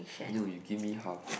you you give me half